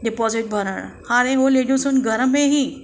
deposit भरणु हाणे हूअ लेडिसूं घर में ई